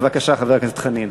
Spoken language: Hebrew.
בבקשה, חבר הכנסת חנין.